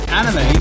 anime